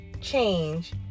change